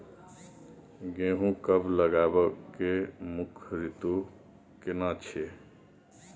गेहूं कब लगाबै के मुख्य रीतु केना छै?